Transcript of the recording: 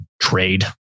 trade